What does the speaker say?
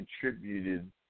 contributed